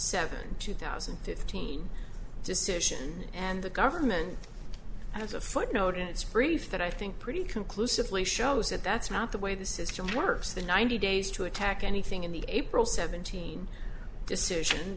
seventh two thousand and fifteen decision and the government has a footnote in its brief that i think pretty conclusively shows that that's not the way the system works the ninety days to attack anything in the april seventeenth decision